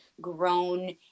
grown